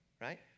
right